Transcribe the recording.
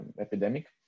epidemic